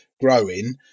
growing